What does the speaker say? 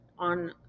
on